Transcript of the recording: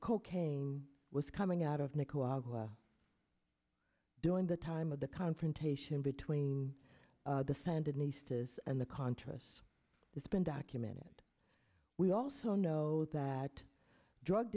cocaine was coming out of nicaragua during the time of the confrontation between the sandinistas and the contras it's been documented we also know that drug